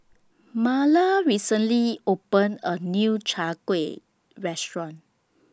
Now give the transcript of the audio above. Marla recently opened A New Chai Kueh Restaurant